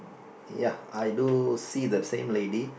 ya I do see the same lady